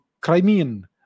Crimean